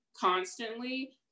constantly